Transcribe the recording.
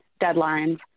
deadlines